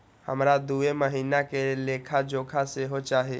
हमरा दूय महीना के लेखा जोखा सेहो चाही